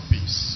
Peace